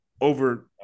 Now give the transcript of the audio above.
over